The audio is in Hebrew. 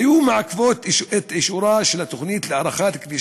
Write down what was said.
היו מעכבות את אישור התוכנית להארכת כביש